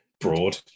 broad